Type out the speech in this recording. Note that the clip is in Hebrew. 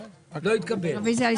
רוויזיה.